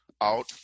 out